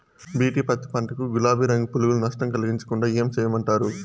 BT పత్తి పంట కు, గులాబీ రంగు పులుగులు నష్టం కలిగించకుండా ఏం చేయమంటారు?